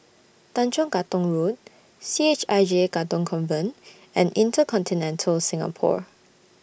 Tanjong Katong Road C H I J Katong Convent and InterContinental Singapore